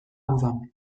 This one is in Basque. udan